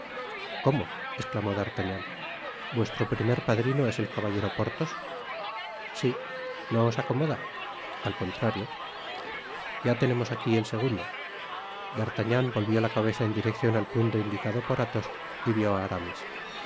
como esclamó d'artagnan vuestro primer padrino es el caballero porthos si no os acomoda al contrario ya tenemos aqui el segundo d'artagnan volvió la cabeza en direccion al punto indicado por athos y vió á aramis